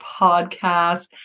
Podcast